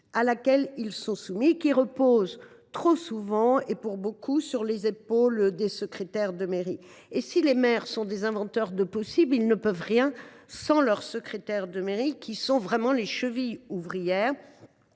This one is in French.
à laquelle ils sont soumis et qui repose trop souvent et pour beaucoup sur les épaules des secrétaires de mairie. Si les maires sont des inventeurs de possibles, ils ne peuvent rien sans leurs secrétaires de mairie, qui sont les chevilles ouvrières